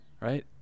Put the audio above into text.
right